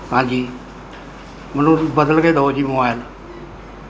ਹਾਂਜੀ ਮੈਨੂੰ ਬਦਲ ਕੇ ਦਿਉ ਜੀ ਮੋਬਾਇਲ